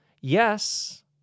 Yes